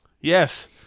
Yes